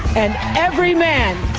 and every man,